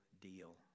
deal